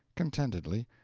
contentedly,